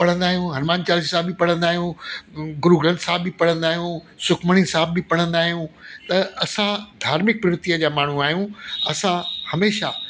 पढ़ंदा आहियूं हनुमान चालीसा बि पढ़ंदा आहियूं गुरूग्रंथ साहिब बि पढ़ंदा आहियूं सुखमणी साहिब बि पढ़ंदा आहियूं त असां धार्मिक पृवर्तअ जा माण्हू आहियूं असां हमेशाह